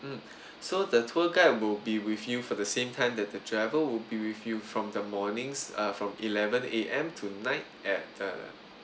um so the tour guide will be with you for the same time the the driver will be with you from the mornings uh from eleven A_M to night at uh